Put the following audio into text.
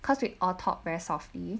cause we all talk very softly